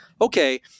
Okay